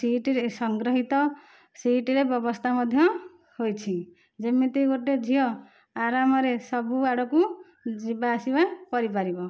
seat ସଂଗୃହିତ ସିଟ୍ର ବ୍ୟବସ୍ଥା ମଧ୍ୟ ହୋଇଛି ଯେମିତି ଗୋଟିଏ ଝିଅ ଆରମରେ ସବୁଆଡ଼କୁ ଯିବାଆସିବା କରିପାରିବ